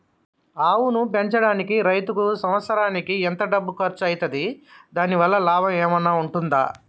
ఆవును పెంచడానికి రైతుకు సంవత్సరానికి ఎంత డబ్బు ఖర్చు అయితది? దాని వల్ల లాభం ఏమన్నా ఉంటుందా?